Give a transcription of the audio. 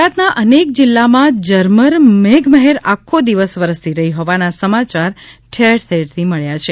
ગુજરાતના અનેક જિલ્લામાં ઝરમર મેઘમહેર આખો દિવસ વરસતી રઠી હોવાના સમાચાર ઠેરઠેરથી મળ્યા છે